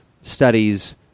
studies